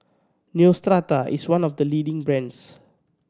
Neostrata is one of the leading brands